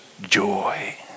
joy